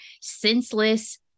senseless